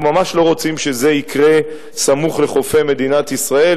אנחנו ממש לא רוצים שזה יקרה סמוך לחופי מדינת ישראל,